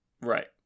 Right